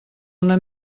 una